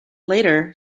later